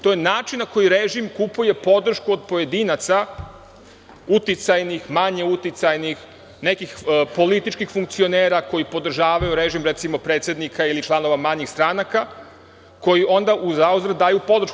To je način na koji režim kupuje podršku od pojedinaca, uticajnih, manje uticajnih, nekih političkih funkcionera koji podržavaju režim, recimo, predsednika ili članova manjih stranaka koji u zauzvrat daju podršku.